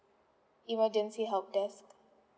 emergency help desk